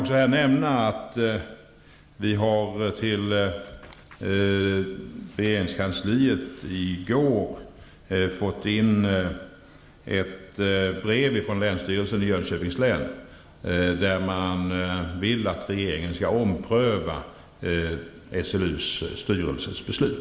I går kom ett brev till regeringskansliet från länsstyrelsen i Jönköpings län. Länsstyrelsen ber att regeringen skall ompröva SLU:s styrelses beslut.